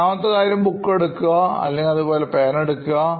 ഒന്നാമത്തെ കാര്യം ബുക്ക് എടുക്കുക അല്ലെങ്കിൽ അതുപോലെ പേന എടുക്കുക